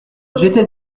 j’étais